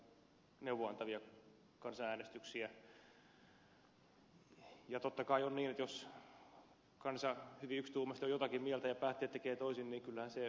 totta kai on niin että jos kansa hyvin yksituumaisesti on jotakin mieltä ja päättäjät tekevät toisin niin kyllähän se varmaan vähän kriittistä keskustelua synnyttää